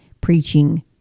preaching